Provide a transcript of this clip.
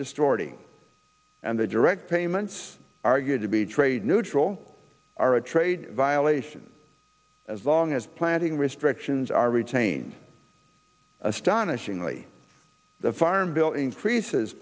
distorting and the direct payments are going to be trade neutral or a trade violation as long as planting restrictions are retained astonishingly the farm bill increases